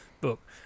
book